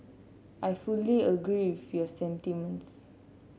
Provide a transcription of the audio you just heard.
I fully agree your sentiments